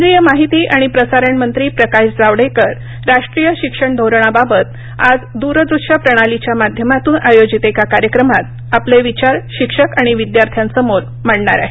केंद्रीय माहिती आणि प्रसारण मंत्री प्रकाश जावडेकर राष्ट्रीय शिक्षण धोरणाबाबत आज द्रदृश्य प्रणालीच्या माध्यमातून आयोजित एका कार्यक्रमात आपले विचार शिक्षक आणि विद्यार्थ्यांसमोर मांडणार आहेत